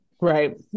Right